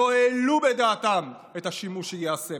בבקשה.